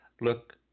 look